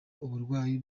uburwayi